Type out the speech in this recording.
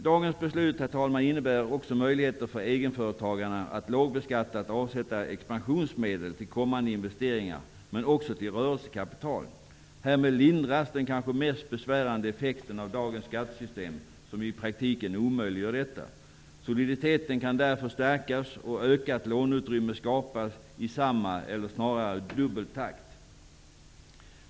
Dagens beslut, herr talman, innebär också möjligheter för egenföretagarna att lågbeskattat avsätta expansionsmedel till kommande investeringar, men också till rörelsekapital. Härmed lindras den kanske mest besvärande effekten av dagens skattesystem, som i praktiken omöjliggör detta. Soliditeten kan därför stärkas och ökat låneutrymme skapas i samma eller snarare dubbel takt.